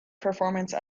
performance